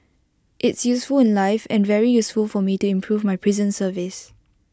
it's useful in life and very useful for me to improve my prison service